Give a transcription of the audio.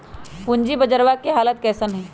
पूंजी बजरवा के हालत कैसन है?